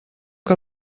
que